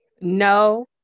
No